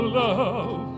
love